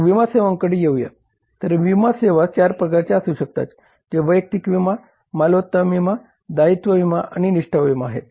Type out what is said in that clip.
मग विमा सेवांकडे येऊया तर विमा सेवा 4 प्रकारच्या असू शकतात जे वैयक्तिक विमा मालमत्ता विमा दायित्व विमा आणि निष्ठा विमा आहेत